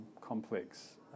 complex